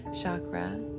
chakra